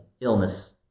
illness